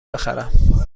بخرم